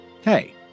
Hey